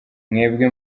mwebwe